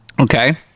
Okay